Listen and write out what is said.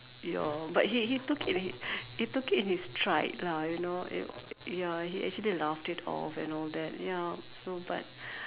ya but he he took it he took it in his stride lah you know it ya he actually laughed it off and all that ya so but